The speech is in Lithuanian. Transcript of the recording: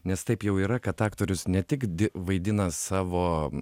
nes taip jau yra kad aktorius ne tik vaidina savo